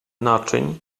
naczyń